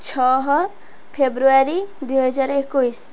ଛଅ ଫେବୃଆରୀ ଦୁଇହଜାର ଏକୋଇଶ